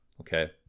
Okay